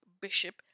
bishop